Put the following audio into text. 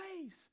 ways